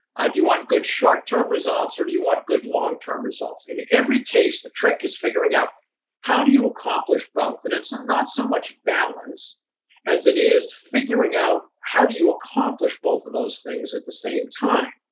do you want good short-term results or do you want good long-term results? in every case, the trick is figuring out how do you accomplish both. and it's not so much balance as it is figuring out how do you accomplish both of those things at the same time.